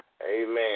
Amen